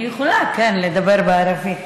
אני יכולה לדבר בערבית,